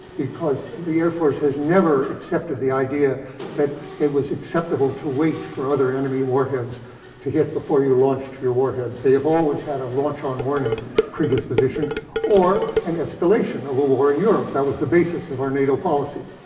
because the air force has never accepted the idea that it was acceptable to wait for other enemy warheads to hit before you launched your warheads they have always had a launch on warning predisposition or an escalation of a war in europe that was the basis of our nato policy.